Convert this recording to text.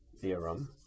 theorem